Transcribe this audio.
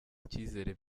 icyizere